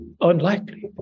unlikely